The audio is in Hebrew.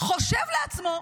חושב לעצמו,